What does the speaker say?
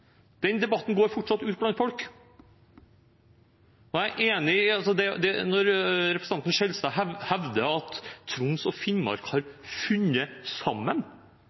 Den debatten pågår fortsatt ute blant folk. Når representanten Skjelstad hevder at Troms og Finnmark har funnet sammen,